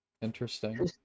interesting